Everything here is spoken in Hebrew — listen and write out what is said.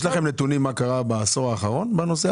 יש לכם נתונים מה קרה בעשור האחרון בנושא הזה?